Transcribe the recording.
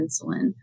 insulin